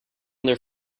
their